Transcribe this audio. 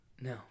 No